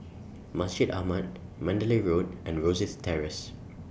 Masjid Ahmad Mandalay Road and Rosyth Terrace